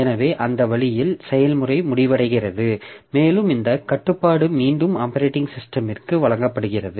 எனவே அந்த வழியில் செயல்முறை முடிவடைகிறது மேலும் இந்த கட்டுப்பாடு மீண்டும் ஆப்பரேட்டிங் சிஸ்டமிற்கு வழங்கப்படுகிறது